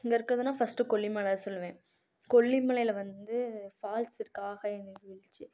இங்கே இருக்கிறதுனா ஃபர்ஸ்ட்டு கொல்லிமலை சொல்வேன் கொல்லிமலையில் வந்து ஃபால்ஸ் இருக்குது ஆகாய நீர்வீழ்ச்சி